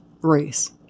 race